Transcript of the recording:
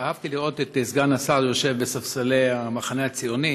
אהבתי לראות את סגן השר יושב בספסלי המחנה הציוני.